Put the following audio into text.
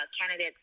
candidates